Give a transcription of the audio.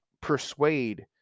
persuade